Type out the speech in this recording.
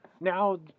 now